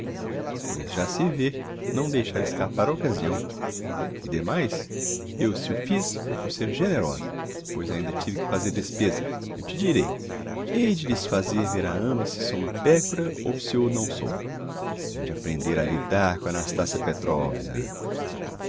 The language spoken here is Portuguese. pois já se vê não deixar escapar a occasião e demais eu se o fiz foi por ser generosa pois ainda tive que fazer despêsa eu te direi hei de lhes fazer ver a ambas se sou uma pécora ou se o não sou hão de aprender a lidar com a nastassia petrovna